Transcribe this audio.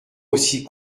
aussi